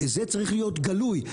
זה צריך להיות גלוי.